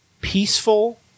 peaceful